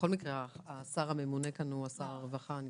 בכל מקרה שר הרווחה הוא השר הממונה כאן,